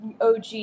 OG